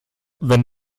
wenn